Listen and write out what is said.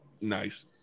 Nice